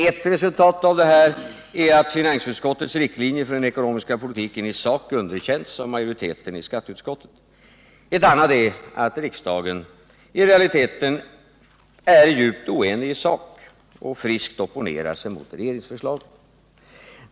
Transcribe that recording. Ett resultat av detta är att finansutskottets riktlinjer för den ekonomiska politiken i sak underkänts av majoriteten i skatteutskottet. Ett annat är att riksdagen i realiteten är djupt oenig i sak och friskt opponerar sig mot regeringsförslaget.